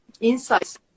insights